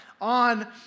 on